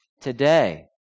today